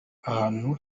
ahantu